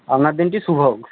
আপনার দিনটি শুভ হোক